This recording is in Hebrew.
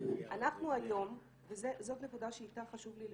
אנחנו היום בעצם, וזאת נקודה שאיתה חשוב לי לסיים,